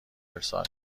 ارسال